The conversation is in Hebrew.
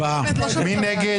מי נגד?